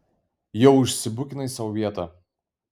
jau užsibukinai sau vietą